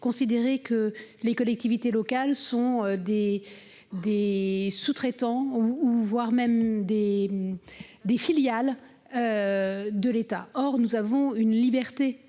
considérer que les collectivités locales sont des sous-traitantes, voire des filiales de l'État. Or nous avons une liberté